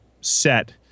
set